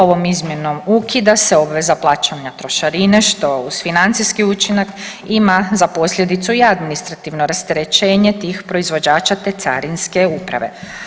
Ovom izmjenom ukida se obveza plaćanja trošarine, što uz financijski učinak ima za posljedicu i administrativno rasterećenje tih proizvođača, te carinske uprave.